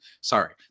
Sorry